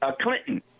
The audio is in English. Clinton